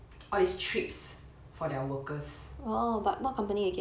all these trips for their workers